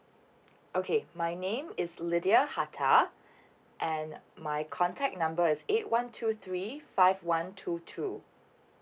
okay my name is lydia hata and my contact number is eight one two three five one two two